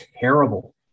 terrible